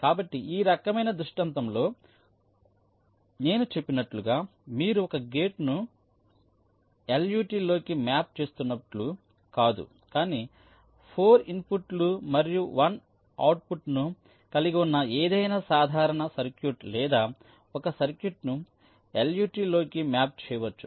కాబట్టి ఈ రకమైన దృష్టాంతంలో నేను చెప్పినట్లుగా మీరు ఒక గేట్ను LUT లోకి మ్యాప్ చేస్తున్నట్లు కాదు కానీ 4 ఇన్పుట్లు మరియు 1 అవుట్పుట్ను కలిగి ఉన్న ఏదైనా సాధారణ సర్క్యూట్ లేదా సబ్ సర్క్యూట్ను LUT లోకి మ్యాప్ చేయవచ్చు